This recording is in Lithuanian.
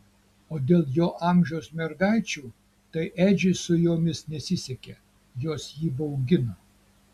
o dėl jo amžiaus mergaičių tai edžiui su jomis nesisekė jos jį baugino